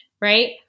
right